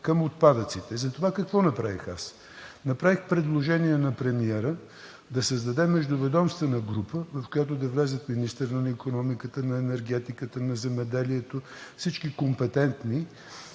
към отпадъците. Затова какво направих аз? Направих предложение на премиера да създаде междуведомствена група, в която да влязат министърът на икономиката, на енергетиката, на земеделието, всички компетентни